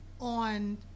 on